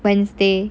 wednesday